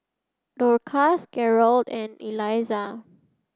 Dorcas Garold and Elizah